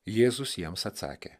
jėzus jiems atsakė